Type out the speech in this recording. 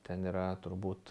ten yra turbūt